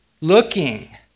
Looking